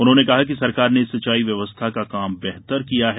उन्होंने कहा कि सरकार ने सिंचाई व्यवस्था का काम बेहतर किया है